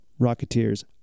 Rocketeers